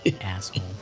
Asshole